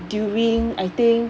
during I think